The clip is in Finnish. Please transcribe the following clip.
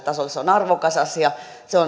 se on arvokas asia